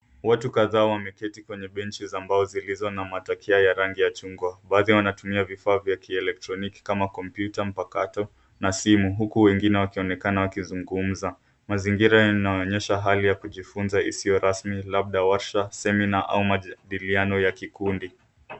Watu kadhaa wameketi kwenye benchi za mbao zilizo na matakia ya rangi ya chungwa. Baadhi wanatumia vifaa vya kielektroniki kama kompyuta mpakato na simu huku wengine wakionekana wakizungumza. Mazingira inaonyesha hali ya kujifunza isio rasmi labda warsha, semina au majadiliano ya kikundi.